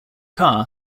car